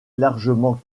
largement